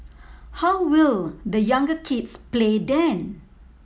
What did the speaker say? how will the younger kids play then